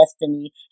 destiny